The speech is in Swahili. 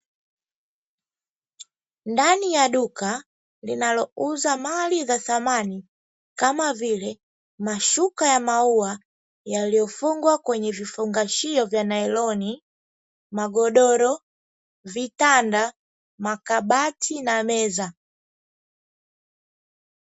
Ndani ya duka ,linalouza mali za thamani ,kama vile mashuka ya maua yaliyofungwa kwenye vifungashio vya nailoni ,magodoro, vitanda, makabati na meza.